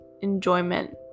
enjoyment